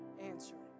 answering